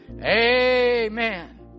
Amen